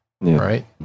right